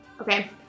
Okay